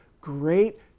great